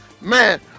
Man